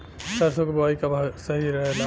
सरसों क बुवाई कब सही रहेला?